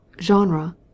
genre